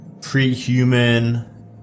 pre-human